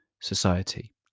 society